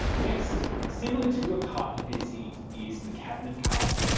next, similar to a carte de visite is the cabinet card.